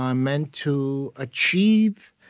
um meant to achieve?